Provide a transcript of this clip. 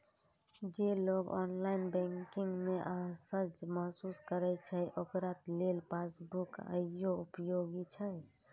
जे लोग online banking मे असहज महसूस करै छै, ओकरा लेल पासबुक आइयो उपयोगी छै